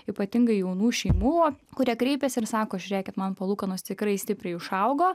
ypatingai jaunų šeimų kurie kreipiasi ir sako žiūrėkit man palūkanos tikrai stipriai išaugo